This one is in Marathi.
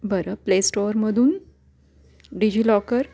बरं प्लेस्टोअरमधून डिजिलॉकर